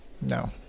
No